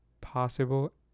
possible